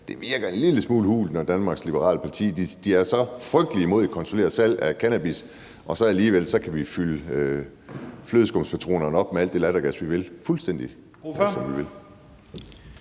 det virker en lille smule hult, når Danmark Liberale Parti er så frygtelig meget imod et kontrolleret salg af cannabis, når vi så samtidig kan fylde flødeskumssifoner op med alt det lattergas, vi vil? Kl.